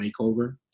makeover